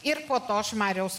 ir po to aš mariaus